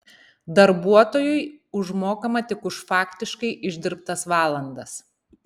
darbuotojui užmokama tik už faktiškai išdirbtas valandas